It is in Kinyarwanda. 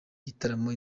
gitaramo